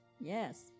Yes